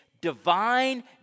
divine